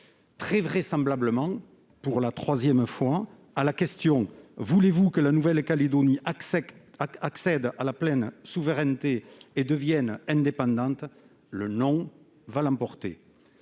Très vraisemblablement, pour la troisième fois, à la question :« Voulez-vous que la Nouvelle-Calédonie accède à la pleine souveraineté et devienne indépendante ?», le « non » va l'emporter.